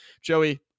Joey